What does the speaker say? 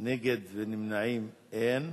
נגד ונמנעים, אין.